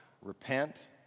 repent